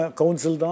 council